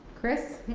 chris.